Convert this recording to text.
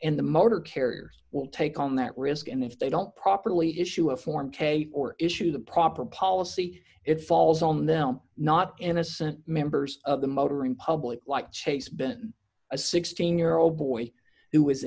and the motor carriers will take on that risk and if they don't properly issue a form a or issue the proper policy it falls on them not innocent members of the motoring public like chase been a sixteen year old boy who